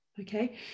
Okay